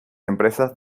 empresas